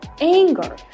anger